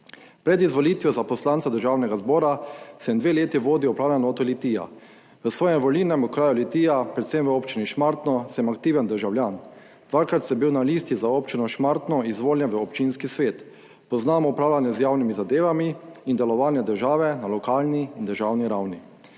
Pred izvolitvijo za poslanca državnega zbora sem 2 leti vodil Upravno enoto Litija v svojem volilnem okraju Litija, predvsem v občini Šmartno. Sem aktiven državljan, dvakrat sem bil na Listi za občino Šmartno izvoljen v občinski svet. Poznam upravljanje z javnimi zadevami in delovanje države na lokalni in državni ravni".